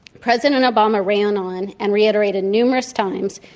president and obama ran on, and reiterated numerous times,